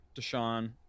Deshaun